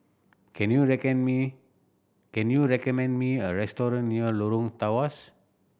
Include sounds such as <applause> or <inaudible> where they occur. can you <unintelligible> can you recommend me a restaurant near Lorong Tawas